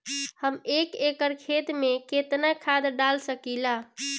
हम एक एकड़ खेत में केतना खाद डाल सकिला?